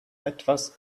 etwas